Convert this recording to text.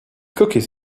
cookies